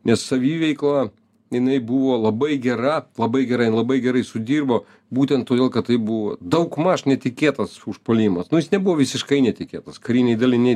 nes saviveikla jinai buvo labai gera labai gerai labai gerai sudirbo būtent todėl kad tai buvo daugmaž netikėtas užpuolimas nu jis nebuvo visiškai netikėtas kariniai daliniai